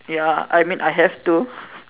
ya I mean I have to